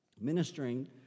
ministering